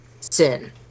sin